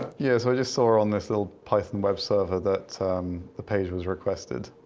yes, i just saw her on this little python web server that the page was requested.